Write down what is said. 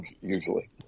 usually